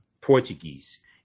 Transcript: Portuguese